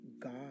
God